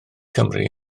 cymru